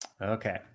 Okay